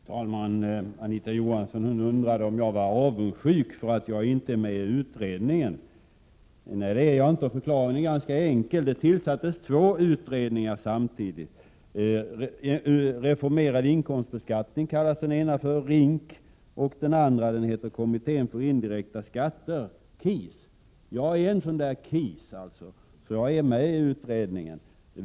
Fru talman! Anita Johansson undrar om jag var avundsjuk för att jag inte är med i utredningen. Nej, det är jag inte, och förklaringen är ganska enkel. Det tillsattes två utredningar samtidigt. Den ena kallas Reformerad inkomst beskattning — RINK. Den andra heter Kommittén för indirekta skatter — KIS. Och jag är en ”KIS”, så jag är med och utreder.